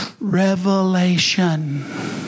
Revelation